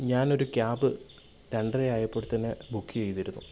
ഞാനൊരു ക്യാബ് രണ്ടരയായപ്പോൾത്തന്നെ ബുക്ക് ചെയ്തിരുന്നു